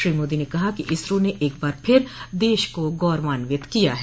श्री मोदी ने कहा कि इसरो ने एक बार फिर देश को गौरवान्वित किया है